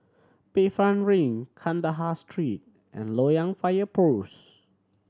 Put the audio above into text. Bayfront Link Kandahar Street and Loyang Fire Post